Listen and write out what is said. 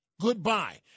Goodbye